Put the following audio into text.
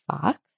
Fox